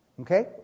Okay